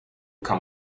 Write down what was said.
come